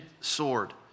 sword